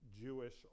Jewish